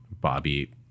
Bobby